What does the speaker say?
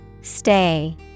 stay